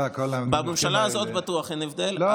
בממשלה הזאת אין הבדל.